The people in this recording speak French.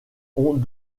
ont